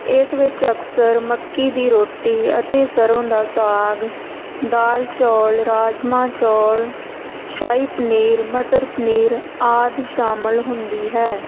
ਇਸ ਵਿੱਚ ਅਕਸਰ ਮੱਕੀ ਦੀ ਰੋਟੀ ਅਤੇ ਸਰੋਂ ਦਾ ਸਾਗ ਦਾਲ ਚੌਲ ਰਾਜਮਾਹ ਚੌਲ ਸ਼ਾਹੀ ਪਨੀਰ ਮਟਰ ਪਨੀਰ ਆਦਿ ਸ਼ਾਮਿਲ ਹੁੰਦੀ ਹੈ